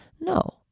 No